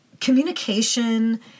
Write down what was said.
communication